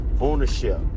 ownership